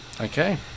Okay